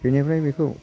बेनिफ्राय बेखौ